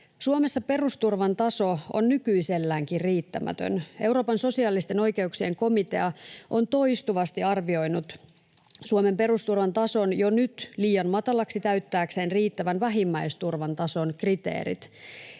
Suomessa perusturvan taso on nykyiselläänkin riittämätön. Euroopan sosiaalisten oikeuksien komitea on toistuvasti arvioinut Suomen perusturvan tason jo nyt liian matalaksi täyttääkseen riittävän vähimmäisturvan tason kriteerit.